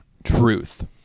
truth